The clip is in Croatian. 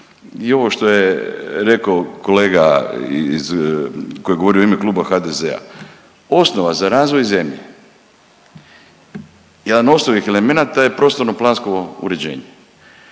i ovo što je rekao kolega iz koji je govorio u ime Kluba HDZ-a, osnova za razvoj zemlje, jedan od osnovnih elemenata je prostorno plansko uređenje